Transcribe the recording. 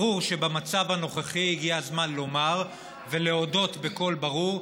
ברור שבמצב הנוכחי הגיע הזמן לומר ולהודות בקול ברור,